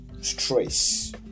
stress